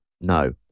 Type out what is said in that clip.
No